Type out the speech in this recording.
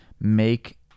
make